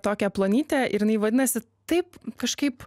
tokią plonytę ir jinai vadinasi taip kažkaip